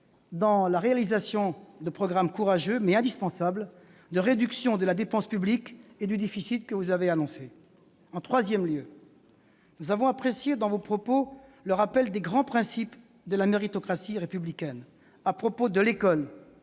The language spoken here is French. dans la réalisation du programme, courageux et indispensable, de réduction de la dépense publique et du déficit que vous avez annoncé. En troisième lieu, nous avons apprécié dans vos propos le rappel des grands principes de la méritocratie républicaine à propos de l'école,